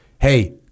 hey